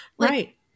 Right